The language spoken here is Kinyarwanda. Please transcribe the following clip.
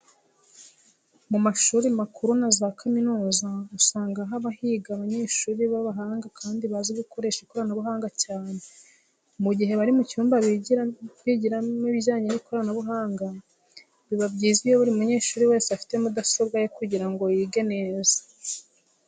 Mu mashuri makuru na za kaminuza usanga haba higa abanyeshuri b'abahanga kandi bazi gukoresha ikoranabuhanga cyane. Mu gihe bari mu cyumba bigiramo ibijyanye n'ikoranabuhanga, biba byiza iyo buri munyeshuri wese afite mudasobwa ye kugira ngo yige neza.